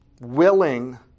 willing